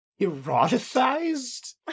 eroticized